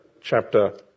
chapter